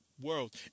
world